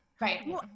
right